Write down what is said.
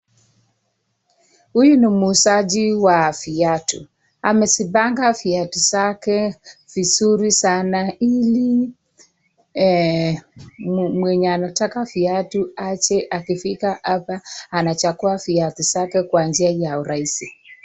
Huyu ni muuzaji wa viatu, amezipanga viatu zake vizuri sana ili mwenye anataka viatu aje akifika hapa achague viatu zake kwa njia ya urahisi.